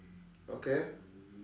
okay